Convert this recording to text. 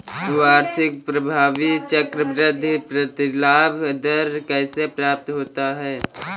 वार्षिक प्रभावी चक्रवृद्धि प्रतिलाभ दर कैसे प्राप्त होता है?